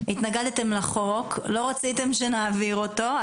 לא רציתם שנעביר אותו,